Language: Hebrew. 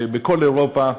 בכל אירופה,